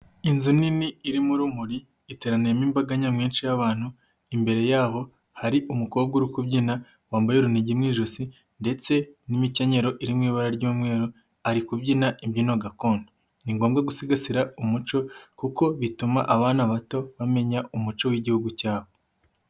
Inzu nini irimo urumuri, iteraniyemo imbaga nyamwinshi y'abantu, imbere yabo hari umukobwa uri kubyina, wambaye urunigi mu ijosi ndetse n'imikenyero iri mu ibara ry'umweru, ari kubyina imbyino gakondo. Ni ngombwa gusigasira umuco kuko bituma abana bato bamenya umuco w'Igihugu cyabo.